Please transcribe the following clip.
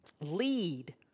lead